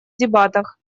дебатах